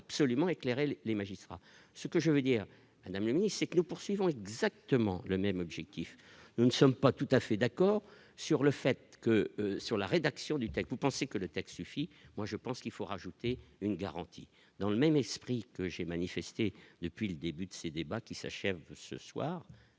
absolument éclairer le les magistrats, ce que je veux dire à amnistie c'est que nous poursuivons exactement le même objectif, nous ne sommes pas tout à fait d'accord sur le fait que sur la rédaction du texte, vous pensez que le texte suffit, moi je pense qu'il faut rajoute. C'est une garantie dans le même esprit que j'ai manifesté depuis le début de ces débats qui s'achève ce soir,